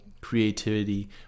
creativity